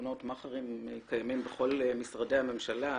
העיזבונות מאכערים קיימים בכל משרדי הממשלה.